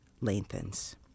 lengthens